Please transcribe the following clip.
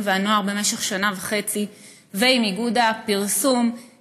והנוער ועם איגוד הפרסום במשך שנה וחצי.